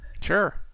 Sure